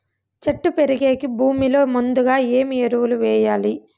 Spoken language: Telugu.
చెట్టు పెరిగేకి భూమిలో ముందుగా ఏమి ఎరువులు వేయాలి?